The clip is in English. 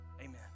amen